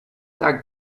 tak